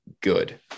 good